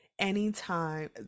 Anytime